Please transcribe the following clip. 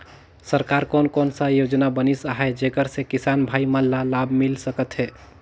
सरकार कोन कोन सा योजना बनिस आहाय जेकर से किसान भाई मन ला लाभ मिल सकथ हे?